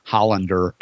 Hollander